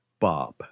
Bob